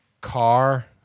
car